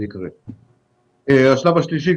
השלב השלישי: